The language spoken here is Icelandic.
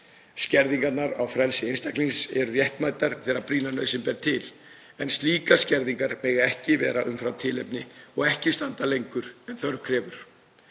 Skerðingar á frelsi einstaklingsins eru réttmætar þegar brýna nauðsyn ber til en slíkar skerðingar mega ekki vera umfram tilefni og ekki standa lengur en þörf krefur.